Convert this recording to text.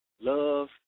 Love